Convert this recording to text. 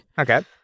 Okay